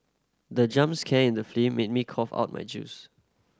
the jump scan in the made me cough out my juice